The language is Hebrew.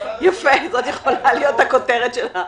זאת יכולה להיות הכותרת.